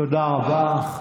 תודה רבה.